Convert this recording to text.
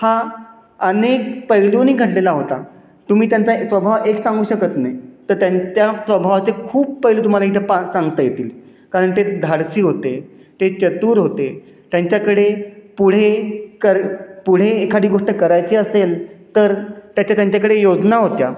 हा अनेक पैलूंनी घडलेला होता तुम्ही त्यांचा स्वभाव एक सांगू शकत नाही तर त्यां त्या स्वभावाचे खूप पैलू तुम्हाला इथे पा सांगता येतील कारण ते धाडसी होते ते चतुर होते त्यांच्याकडे पुढे कर पुढे एखादी गोष्ट करायची असेल तर त्याच्या त्यांच्याकडे योजना होत्या